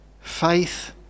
faith